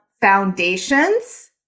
foundations